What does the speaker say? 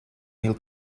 mil